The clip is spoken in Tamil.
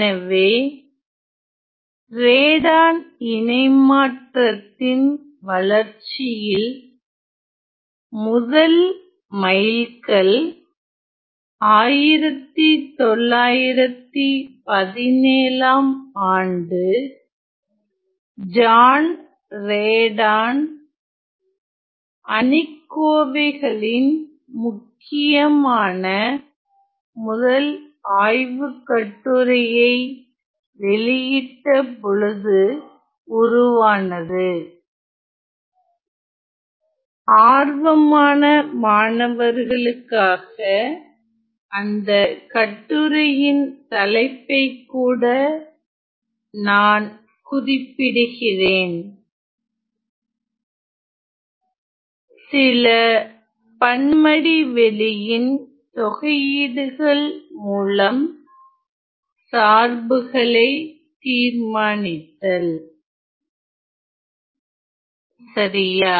எனவே ரேடான் இணைமாற்றத்தின் வளர்ச்சியில் முதல் மைல்கல் 1917 ம் ஆண்டு ஜான் ரேடான் அணிக்கோவைகளின் முக்கியமான முதல் ஆய்வுக்கட்டுரையை வெளியிட்டபொழுது உருவானது ஆர்வமான மாணவர்களுக்காக அந்த கட்டுரையின் தலைப்பைக்கூட நான் குறிப்பிடுகிறேன் சில பன்மடிவெளியின் தொகையீடுகள் மூலம் சார்புகளை தீர்மானித்தல் சரியா